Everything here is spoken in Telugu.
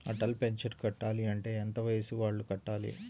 అటల్ పెన్షన్ కట్టాలి అంటే ఎంత వయసు వాళ్ళు కట్టాలి?